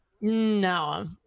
no